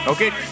Okay